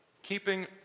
keeping